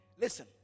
listen